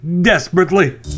desperately